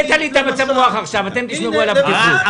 העלתה לי את המצב רוח עכשיו אתם תשמרו על הבטיחות.